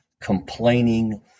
complaining